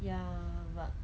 ya but